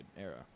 era